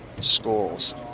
schools